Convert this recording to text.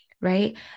right